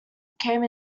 came